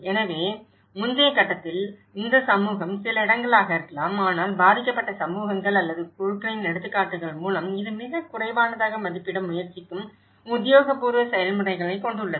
எனவே முந்தைய கட்டத்தில் இந்த சமூகம் சில இடங்களாக இருக்கலாம் ஆனால் பாதிக்கப்பட்ட சமூகங்கள் அல்லது குழுக்களின் எடுத்துக்காட்டுகள் மூலம் இது மிகக் குறைவானதாக மதிப்பிட முயற்சிக்கும் உத்தியோகபூர்வ செயல்முறைகள் கொண்டுள்ளது